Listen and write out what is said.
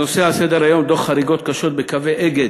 הנושא על סדר-היום: דוח על חריגות קשות בקווי "אגד".